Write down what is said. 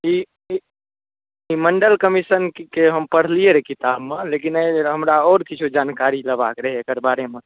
जी ई मण्डल कमीशनके हम पढ़लियै र किताबमे लेकिन एहि जे हमरा आओर किछो जानकारी लेबाक रहै एकर बारेमे